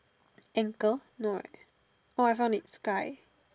ankle no right oh I found it sky